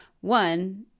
One